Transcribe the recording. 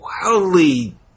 wildly